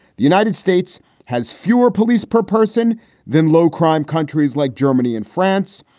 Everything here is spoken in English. the united states has fewer police per person than low crime countries like germany and france,